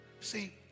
See